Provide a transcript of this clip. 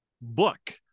book